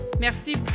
Merci